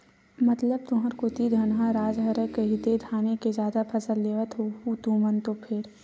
मतलब तुंहर कोती धनहा राज हरय कहिदे धाने के जादा फसल लेवत होहू तुमन तो फेर?